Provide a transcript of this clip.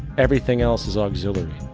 everything else is auxiliary.